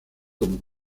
como